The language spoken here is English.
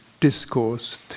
Discourse